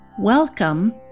welcome